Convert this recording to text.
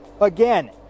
Again